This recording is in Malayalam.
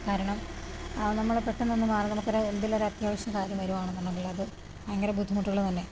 കാരണം നമ്മള് പെട്ടെന്നൊന്ന് മാറണം നമുക്കൊരു എന്തേലും ഒരു അത്യാവശ്യ കാര്യം വരുവാണെന്നുണ്ടെങ്കിലത് ഭയങ്കര ബുദ്ധിമുട്ടുള്ളതല്ലേ